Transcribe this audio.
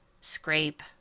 scrape